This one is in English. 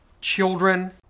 children